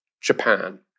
Japan